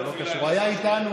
הוא היה איתנו,